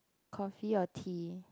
coffee or tea